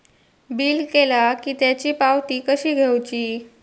Bill केला की त्याची पावती कशी घेऊची?